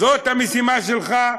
זאת המשימה שלך.